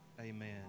amen